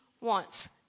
wants